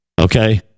Okay